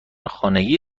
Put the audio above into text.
خانگی